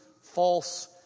false